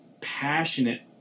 passionate